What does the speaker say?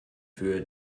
für